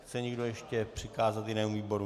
Chce někdo ještě přikázat jinému výboru?